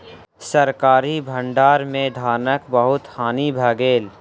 सरकारी भण्डार में धानक बहुत हानि भ गेल